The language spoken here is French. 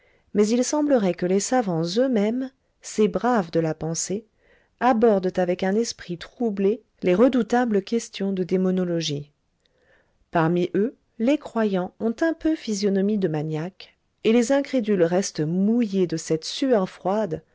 mais il semblerait que les savants eux-mêmes ces braves de la pensée abordent avec un esprit troublé les redoutables questions de démonologie parmi eux les croyants ont un peu physionomie de maniaques et les incrédules restent mouillés de cette sueur froide